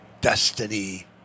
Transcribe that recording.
destiny